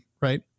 right